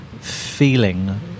feeling